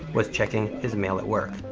was checking his mail at work.